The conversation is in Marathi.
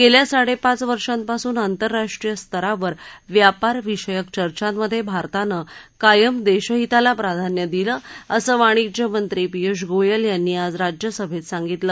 गेल्या साडेपाच वर्षापासून आंतरराष्ट्रीय स्तरावर व्यापार विषयक चर्चांमधे भारतानं कायम देशहिताला प्राधान्य दिलं असं वाणिज्य मंत्री पीयुष गोयल यांनी आज राज्यसभेत सांगितलं